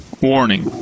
warning